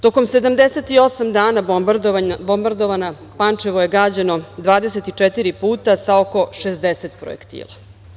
Tokom 78 dana bombardovanja, Pančevo je gađano 24 puta sa oko 60 projektila.